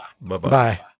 Bye-bye